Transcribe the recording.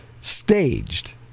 staged